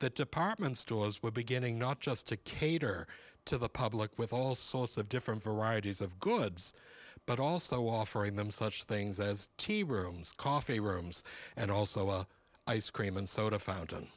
that department stores were beginning not just to cater to the public with all sorts of different varieties of goods but also offering them such things as tea rooms coffee rooms and also ice cream and soda fountain